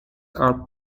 are